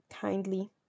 kindly